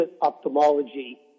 ophthalmology